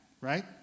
right